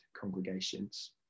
congregations